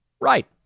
Right